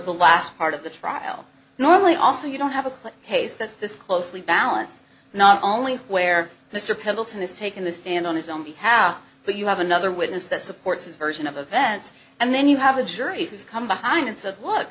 the last part of the trial normally also you don't have a case that's this closely balanced not only where mr pendleton has taken the stand on his own behalf but you have another witness that supports his version of events and then you have a jury who's come behind and said look